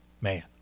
Man